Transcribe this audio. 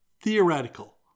theoretical